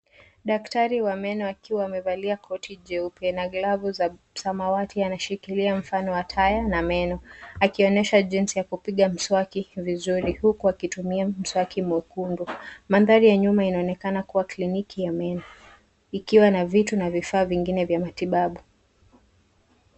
Daktari wa meno akiwa amevalia koti jeupe na glavu za samawati anashikilia mfano wa taya na meno akionyesha jinsi ya kupiga mswaki vizuri huku akitumia mswaki mwekundu. Mandhari ya nyuma inaonekana kuwa kliniki ya meno ikiwa na vitu na vifaa vingine vya matibabu.